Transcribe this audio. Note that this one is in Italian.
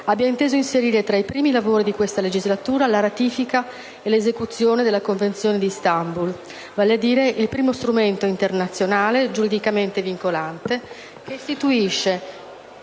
abbia inteso inserire tra i primi lavori di questa legislatura la ratifica e l'esecuzione della Convenzione di Istanbul, vale a dire il primo strumento internazionale giuridicamente vincolante che istituisce,